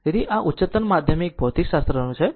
તેથી આ ઉચ્ચતર માધ્યમિક ભૌતિકશાસ્ત્રનું છે